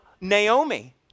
Naomi